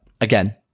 Again